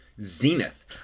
zenith